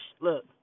Look